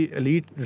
elite